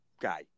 guy